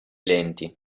lenti